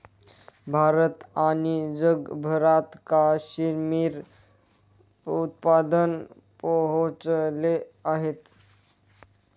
भारत आणि जगभरात काश्मिरी उत्पादन पोहोचले आहेत